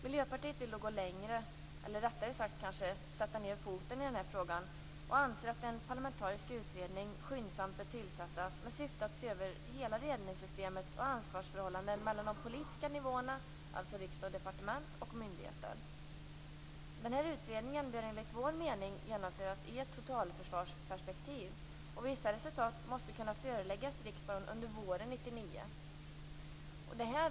Miljöpartiet vill gå längre, eller rättare sagt sätta ned foten, i denna fråga och anser att en parlamentarisk utredning skyndsamt bör tillsättas med syfte att se över hela ledningssystemet och ansvarsförhållanden mellan de politiska nivåerna, alltså riksdag och departement, och myndigheten. Utredningen bör enligt vår mening genomföras i ett totalförsvarsperspektiv. Vissa resultat bör kunna föreläggas riksdagen under våren 1999.